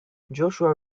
joshua